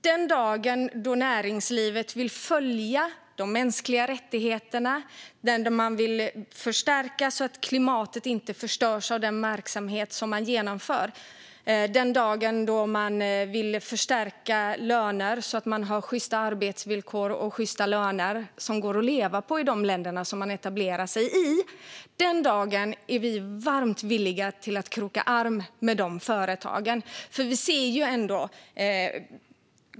Den dagen näringslivet vill följa de mänskliga rättigheterna, vill förstärka möjligheterna så att klimatet inte förstörs av den genomförda verksamheten, vill införa sjysta arbetsvillkor och förstärka löner som går att leva på i de länder näringslivet etablerar sig i, den dagen är vi varmt villiga att kroka arm med de företagen.